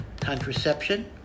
contraception